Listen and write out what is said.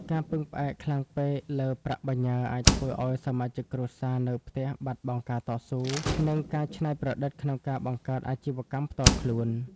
ការពឹងផ្អែកខ្លាំងពេក លើប្រាក់បញ្ញើ អាចធ្វើឱ្យសមាជិកគ្រួសារនៅផ្ទះបាត់បង់ការតស៊ូ និងការច្នៃប្រឌិតក្នុងការបង្កើតអាជីវកម្មផ្ទាល់ខ្លួន។